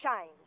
shine